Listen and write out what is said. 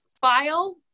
file